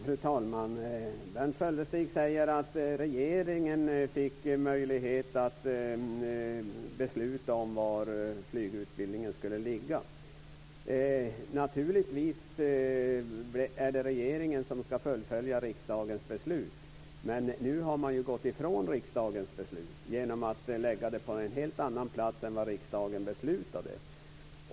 Fru talman! Berndt Sköldestig säger att regeringen fick möjlighet att besluta om var flygutbildningen skulle ligga. Naturligtvis är det regeringen som ska fullfölja riksdagens beslut, men nu har man gått ifrån riksdagens beslut genom att lägga utbildningen på en helt annan plats än vad riksdagen beslutade.